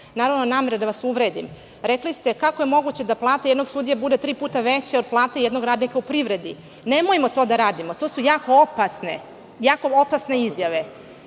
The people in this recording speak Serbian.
bez namere da vas uvredim. Rekli ste – kako je moguće da plata jednog sudije bude tri puta veća od plate jednog radnika u privredi? Nemojmo to da radimo, to su jako opasne izjave. Pravosuđe je